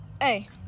hey